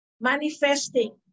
manifesting